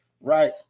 Right